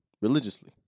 religiously